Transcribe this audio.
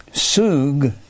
Sug